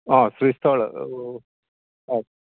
आं श्रीस्तळ हय